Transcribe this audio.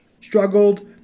Struggled